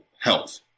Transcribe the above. health